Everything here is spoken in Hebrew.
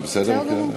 זה בסדר מבחינתך?